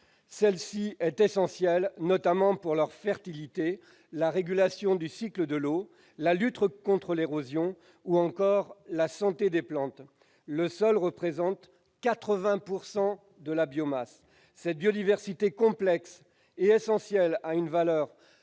Celle-ci est essentielle, notamment pour la fertilité, la régulation du cycle de l'eau, la lutte contre l'érosion, ou encore la santé des plantes. Le sol représente 80 % de la biomasse. Cette biodiversité complexe et essentielle a une valeur,